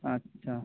আচ্ছা